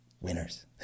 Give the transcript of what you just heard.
winners